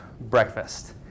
breakfast